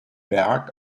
berg